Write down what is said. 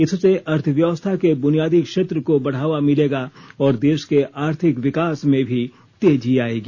इससे अर्थव्यवस्था के बुनियादी क्षेत्र को बढावा मिलेगा और देश के आर्थिक विकास में भी तेजी आएगी